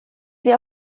sie